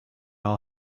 will